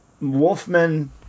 Wolfman